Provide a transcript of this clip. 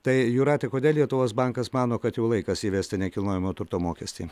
tai jūrate kodėl lietuvos bankas mano kad jau laikas įvesti nekilnojamo turto mokestį